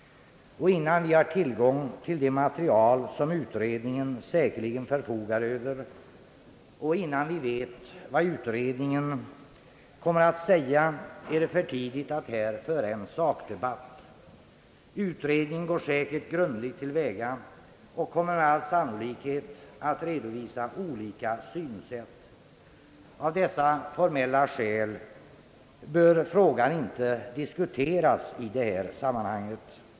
Innan vi har tillgång till det material som utredningen säkerligen förfogar över och innan vi vet vad utredningen kommer att säga, är det för tidigt att här föra en sakdebatt. Utredningen går säkert grundligt till väga och kommer med all sannolikhet att redovisa olika synsätt. Av dessa formella skäl bör frågan inte diskuteras i detta sammanhang.